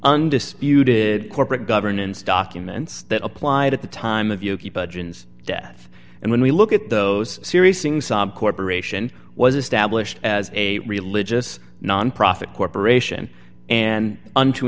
undisputed corporate governance documents that applied at the time of you keep death and when we look at those series singsong corporation was established as a religious nonprofit corporation and unto